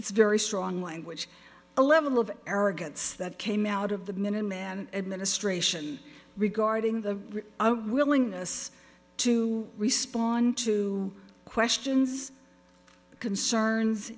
its very strong language a level of arrogance that came out of the minuteman administration regarding the willingness to respond to questions concerns